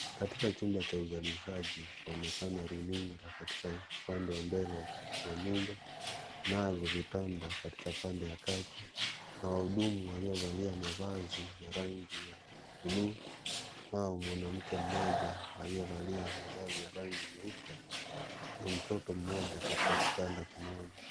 Katika jumba la uzalishaji kaonekana runinga katika upande wa mbele wa nyumba, nazo vitanda katika upande ya kati na wahudumu waliovalia mafazi ya rangi ya blue na mwanamke moja aliyefalia vazi ya rangi nyeupe na mtoto Moja katika kitanda kimoja.